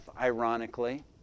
ironically